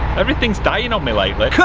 everything's dying on me lately.